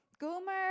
Gomer